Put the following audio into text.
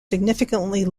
significantly